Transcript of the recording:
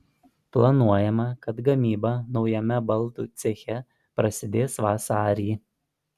planuojama kad gamyba naujame baldų ceche prasidės vasarį